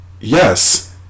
yes